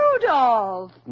Rudolph